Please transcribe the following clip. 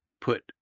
put